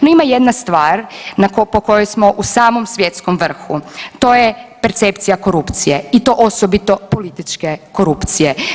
No ima jedna stvar po kojoj smo u samom svjetskom vrhu, to je percepcija korupcije i to osobito političke korupcije.